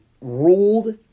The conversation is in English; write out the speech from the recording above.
ruled